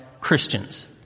Christians